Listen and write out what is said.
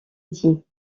dit